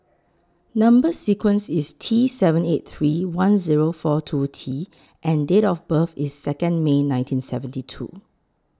Number sequence IS T seven eight three one Zero four two T and Date of birth IS Second May nineteen seventy two